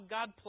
God